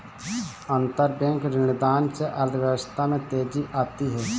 अंतरबैंक ऋणदान से अर्थव्यवस्था में तेजी आती है